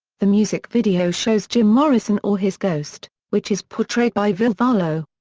the music video shows jim morrison or his ghost, which is portrayed by ville valo.